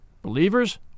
Believers